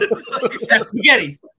spaghetti